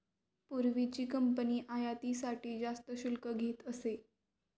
पूर्वीची कंपनी आयातीसाठी जास्त शुल्क घेत असे